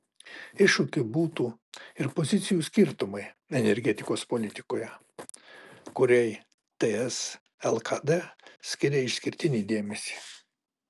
iššūkiu būtų ir pozicijų skirtumai energetikos politikoje kuriai ts lkd skiria išskirtinį dėmesį